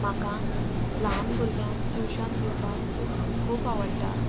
म्हाका ल्हान भुरग्यांक ट्युशन दिवपाक खूब आवडटा